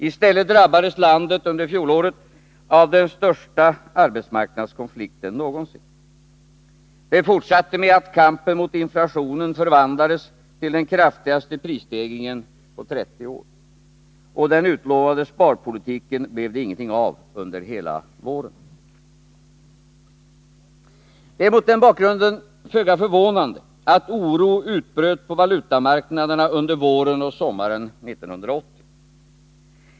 I stället drabbades landet under fjolåret av den största arbetsmarknadskonflikten någonsin. Det fortsatte med att kampen mot inflationen förvandlades till den kraftigaste prisstegringen på 30 år. Och med den utlovade sparpolitiken blev det ingenting av under hela våren. Det är mot den bakgrunden föga förvånande att oro utbröt på valutamarknaderna under våren och sommaren 1980.